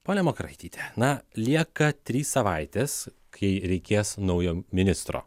ponia makaraityte na lieka trys savaitės kai reikės naujo ministro